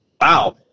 Wow